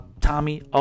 Tommy